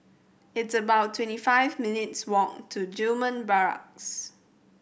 it's about twenty five minutes' walk to Gillman Barracks